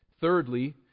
Thirdly